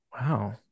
Wow